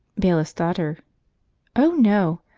bailiff's daughter oh no!